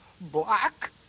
Black